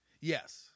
yes